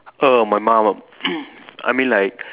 err my mum I mean like